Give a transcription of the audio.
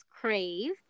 Crave